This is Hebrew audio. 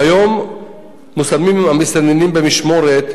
כיום מושמים המסתננים במשמורת,